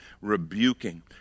rebuking